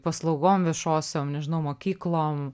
paslaugom viešosiom nežinau mokyklom